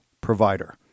provider